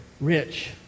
rich